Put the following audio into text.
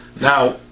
Now